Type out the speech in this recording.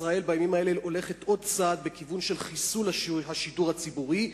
ישראל בימים האלה הולכת עוד צעד בכיוון של חיסול השידור הציבורי,